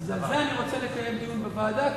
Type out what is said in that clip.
אז על זה אני רוצה לקיים דיון בוועדה,